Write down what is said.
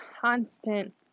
constant